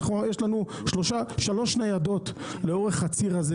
יש לנו שלוש ניידות לאורך הציר הזה